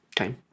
Okay